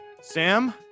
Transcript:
Sam